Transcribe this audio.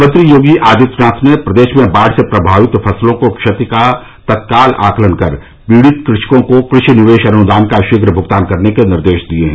मुख्यमंत्री योगी आदित्यनाथ ने प्रदेश में बाढ़ से प्रभावित फसलों को क्षति का तत्काल आंकलन कर पीड़ित कृषकों को कृषि निवेश अनुदान का शीघ्र भुगतान करने के निर्देश दिए हैं